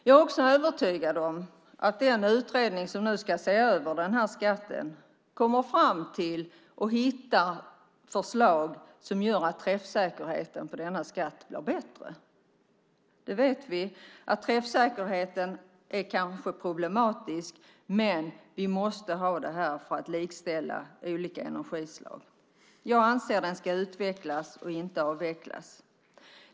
Jag är också övertygad om att den utredning som nu ska se över den här skatten kommer fram till förslag som gör att träffsäkerheten för denna skatt blir bättre. Vi vet att träffsäkerheten är problematisk, men vi måste ha detta för att likställa olika energislag. Jag anser att den ska utvecklas och inte avvecklas.